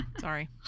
Sorry